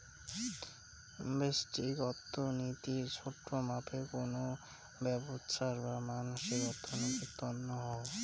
ব্যষ্টিক অর্থনীতি ছোট মাপে কোনো ব্যবছার বা মানসির অর্থনীতির তন্ন হউ